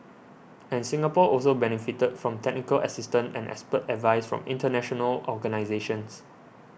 and Singapore also benefited from technical assistance and expert advice from international organisations